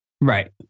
Right